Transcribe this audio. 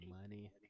Money